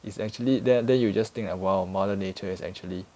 it's actually the~ then you just think that !wow! mother nature is actually